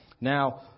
Now